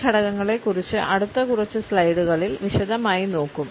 ഈ ഘടകങ്ങളെ കുറിച്ച് അടുത്ത കുറച്ച് സ്ലൈഡുകളിൽ വിശദമായി നോക്കും